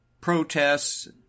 protests